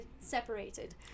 separated